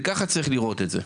וכך צריך לראות את זה.